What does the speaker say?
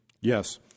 Yes